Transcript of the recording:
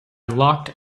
locked